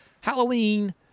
Halloween